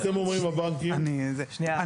רגע, רגע, אז מה אתם אומרים הבנקים?